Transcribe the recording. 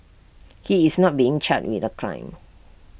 he is not being charged with A crime